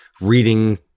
reading